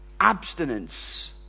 abstinence